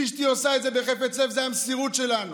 ואשתי עושה את זה בחפץ לב, זו המסירות שלנו.